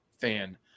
fan